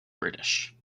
british